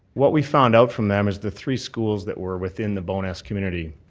what we found out from them is the three schools that were within the bonus community,